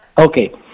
Okay